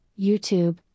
YouTube